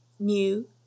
new